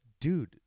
dude